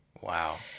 Wow